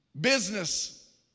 business